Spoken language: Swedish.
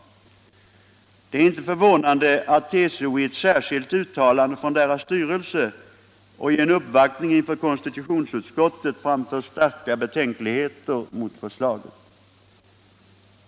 Det är inte förvånande att TCO i ett särskilt uttalande från sin styrelse och i en uppvaktning inför konstitutionsutskottet framfört starka betänkligheter mot förslaget.